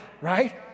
right